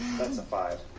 that's a five.